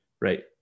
Right